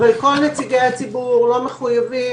אבל כל נציגי הציבור לא מחויבים,